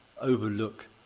overlook